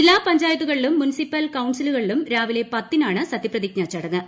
ജില്ലാ പഞ്ചായത്തുകളിലും മുൻസിപ്പൽ കൌൺസിലുകളിലും രാവിലെ പത്തിനാണ് സത്യപ്രതിജ്ഞാ ചടങ്ങ്